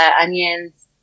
onions